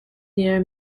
near